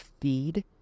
feed